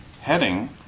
heading